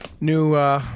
New